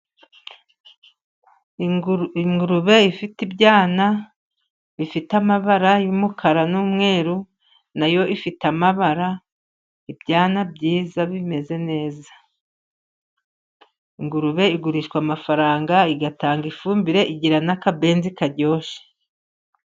Ingurube ifite ibyana bifite amabara y'umukara n'umweru, nayo ifite amabara ibyana byiza bimeze neza, ingurube igurishwa amafaranga, itanga ifumbire igira n'akabenzi karyoshye.